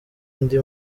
ndi